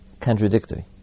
contradictory